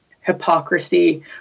hypocrisy